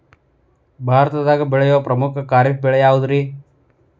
ಭಾರತದಾಗ ಬೆಳೆಯೋ ಪ್ರಮುಖ ಖಾರಿಫ್ ಬೆಳೆ ಯಾವುದ್ರೇ?